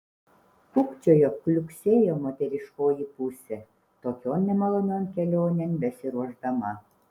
kukčiojo kliuksėjo moteriškoji pusė tokion nemalonion kelionėn besiruošdama